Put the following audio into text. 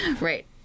right